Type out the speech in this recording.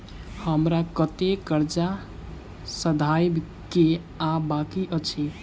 हमरा कतेक कर्जा सधाबई केँ आ बाकी अछि?